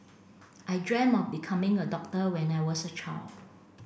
I dreamt of becoming a doctor when I was a child